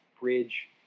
bridge